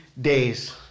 days